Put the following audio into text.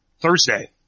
Thursday